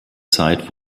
zeit